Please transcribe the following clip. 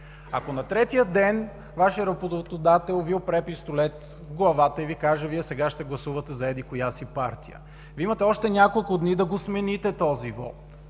Ако на третия ден Вашият работодател Ви опре пистолет в главата и каже: „Сега ще гласувате за еди-коя си партия”, Вие имате още няколко дни да смените този вот.